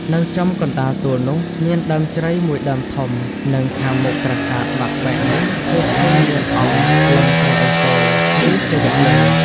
នៅចំកណ្តាលទួលនោះ មានដើមជ្រៃមួយដើមធំ និង ខាងមុខប្រាសាទបាក់បែកនេះ គេឃើញមានអង្គ (លិង្គព្រះឥសូរ ឬ សិវលិង្គ) ។